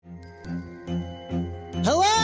hello